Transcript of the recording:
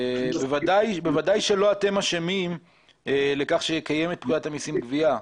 ודאי שלא אתם אשמים בכך שקיימת פקודת המיסים גבייה,